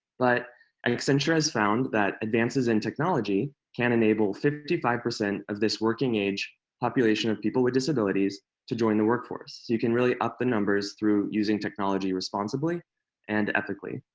but accenture has found that advances in technology can enable fifty five percent of this working-age population of people with disabilities to join the workforce. so you can really up the numbers through using technology responsibly and ethically.